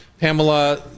Pamela